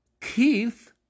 Keith